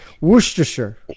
Worcestershire